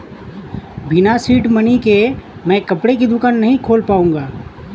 बिना seed money के मैं कपड़े की दुकान नही खोल पाऊंगा